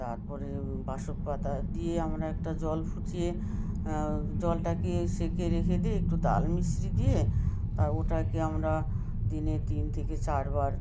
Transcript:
তারপরে বাসক পাতা দিয়ে আমরা একটা জল ফুটিয়ে জলটাকে সেঁকে রেখে দিয়ে একটু তাল মিছরি দিয়ে তা ওটাকে আমরা দিনে তিন থেকে চার বার